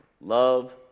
love